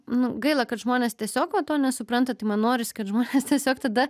nu gaila kad žmonės tiesiog va to nesupranta tai man norisi kad žmonės tiesiog tada